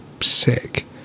sick